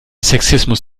sexismus